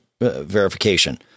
verification